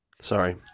Sorry